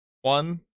One